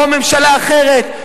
או ממשלה אחרת,